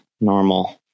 normal